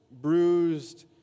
bruised